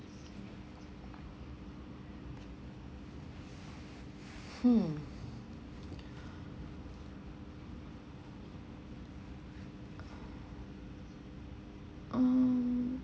hmm um